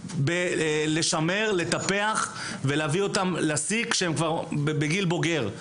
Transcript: בשימור וטיפוח ולהביא ספורטאים לשיא כשהם כבר בגיל בוגר.